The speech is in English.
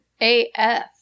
AF